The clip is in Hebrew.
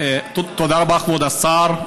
תודה רבה, כבוד השר.